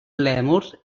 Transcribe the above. lèmurs